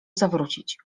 zawrócić